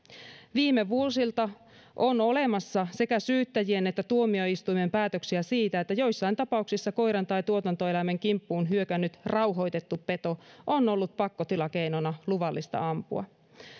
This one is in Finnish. viime vuosilta on olemassa sekä syyttäjien että tuomioistuimen päätöksiä siitä että joissain tapauksissa koiran tai tuotantoeläimen kimppuun hyökännyt rauhoitettu peto on ollut pakkotilakeinona luvallista ampua